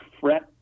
fret